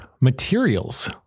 materials